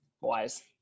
wise